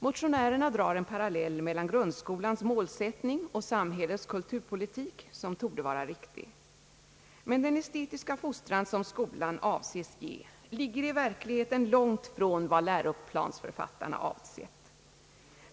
Motionärerna drar en parallell mellan grundskolans målsättning och samhällets kulturpolitik, som torde vara riktig. Men den estetiska fostran som skolan avses ge ligger i verkligheten långt från vad läroplansförfattarna tänkte.